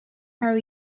are